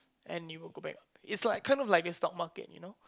and you will go back is like kind of like a stock market you know